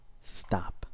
stop